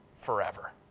forever